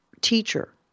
teacher